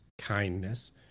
kindness